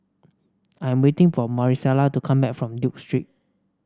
I'm waiting for Marisela to come back from Duke Street